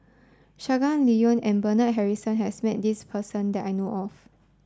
Shangguan Liuyun and Bernard Harrison has met this person that I know of